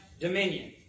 dominion